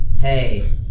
Hey